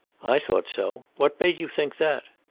i thought so. what made you think that?